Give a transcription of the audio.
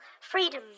freedom